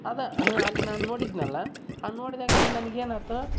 ಅದು ಅಲ್ಲಿ ನಾನು ನೋಡಿದ್ನಲ್ಲ ಹಾಗ್ ನೋಡಿದಾಗ್ಲಿಂದ ನನ್ಗೆ ಏನು ಆಯ್ತ್